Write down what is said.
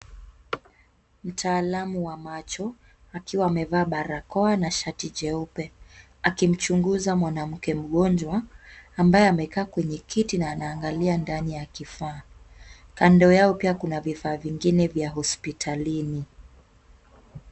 Mtaalamu wa macho akiwa amevaa barakoa na shati jeupe akimchunguza mwanamke mgonjwa ambaye amekaa kwenye kiti na anaangalia ndani ya kifaa. Kando yao pia kuna vifaa vingine vya hospitalini.